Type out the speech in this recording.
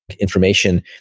Information